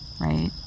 right